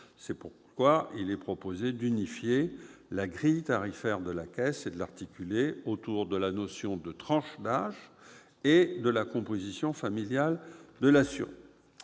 C'est pourquoi il est proposé d'unifier la grille tarifaire de la Caisse, et de l'articuler autour de la tranche d'âge et de la composition familiale de l'assuré.